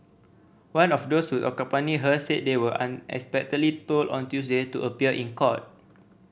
one of those who accompanied her said they were unexpectedly told on Tuesday to appear in court